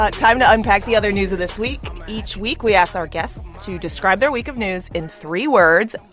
ah time to unpack the other news of this week. each week we ask our guests to describe their week of news in three words.